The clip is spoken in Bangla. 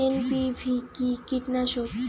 এন.পি.ভি কি কীটনাশক?